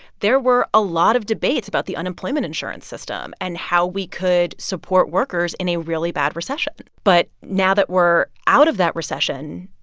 there were a lot of debates about the unemployment insurance system and how we could support workers in a really bad recession. but now that we're out of that recession,